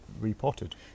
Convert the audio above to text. repotted